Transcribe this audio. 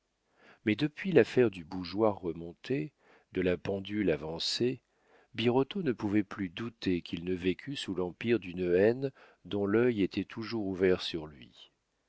mais depuis l'affaire du bougeoir remonté de la pendule avancée birotteau ne pouvait plus douter qu'il ne vécût sous l'empire d'une haine dont l'œil était toujours ouvert sur lui